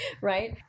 right